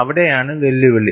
അവിടെയാണ് വെല്ലുവിളി